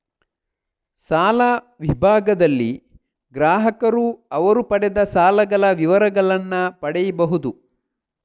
ಸಾಲ ವಿಭಾಗದಲ್ಲಿ ಗ್ರಾಹಕರು ಅವರು ಪಡೆದ ಸಾಲಗಳ ವಿವರಗಳನ್ನ ಪಡೀಬಹುದು